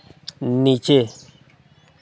नीचे